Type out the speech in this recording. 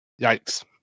yikes